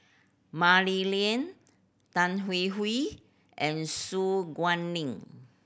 Mah Li Lian Tan Hwee Hwee and Su Guaning